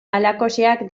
halakoxeak